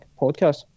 podcast